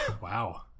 Wow